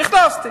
נכנסתי,